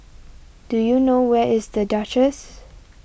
do you know where is the Duchess